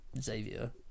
Xavier